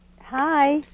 Hi